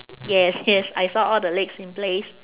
yes yes I saw all the legs in place